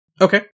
okay